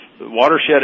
watershed